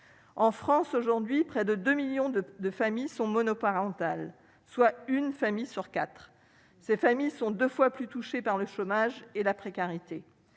en France aujourd'hui, près de 2 millions de de familles sont monoparentales, soit une famille sur quatre ces familles sont 2 fois plus touchées par le chômage et la précarité,